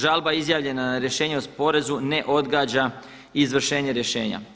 Žalba izjavljena na Rješenje o porezu ne odgađa izvršenje rješenja.